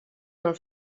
del